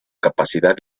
capacidad